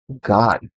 God